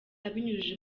abinyujije